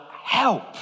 help